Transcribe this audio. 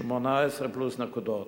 פלוס 18 נקודות.